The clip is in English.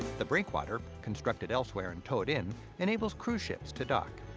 the breakwater constructed elsewhere and towed in enables cruise ships to dock.